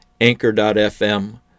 Anchor.fm